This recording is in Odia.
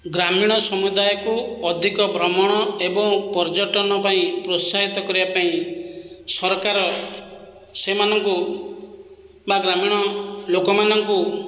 ଗ୍ରାମୀଣ ସମୁଦାୟକୁ ଅଧିକ ଭ୍ରମଣ ଏବଂ ପର୍ଯ୍ୟଟନ ପାଇଁ ପ୍ରୋତ୍ସାହିତ କରିବା ପାଇଁ ସରକାର ସେମାନଙ୍କୁ ବା ଗ୍ରାମୀଣ ଲୋକମାନଙ୍କୁ